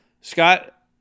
Scott